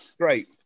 great